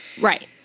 Right